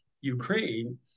Ukraine